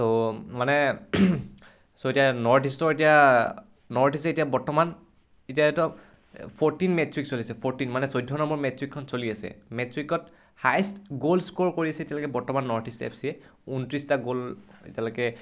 ত' মানে চ' এতিয়া নৰ্থ ইষ্টৰ এতিয়া নৰ্থ ইষ্টে এতিয়া বৰ্তমান এতিয়াতো ফ'ৰ্টিন মেটচ ৱিক চলি আছে ফৰ্টিন মানে চৈধ্য নম্বৰ মেটচ ৱিকখন চলি আছে মেটচ ৱিকত হায়েষ্ট গ'ল স্ক'ৰ কৰিছে এতিয়ালৈকে বৰ্তমান নৰ্থ ইষ্ট এফ চিয়ে ঊত্ৰিছটা গ'ল এতিয়ালৈকে